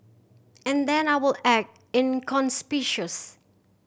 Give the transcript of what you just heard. and then I will act inconspicuous